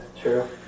true